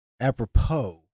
apropos